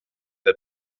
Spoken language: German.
der